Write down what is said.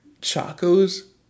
chaco's